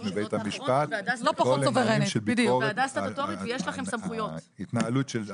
מבית המשפט בכל הדברים של ביקורת על ההתנהלות של השלטון,